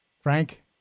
Frank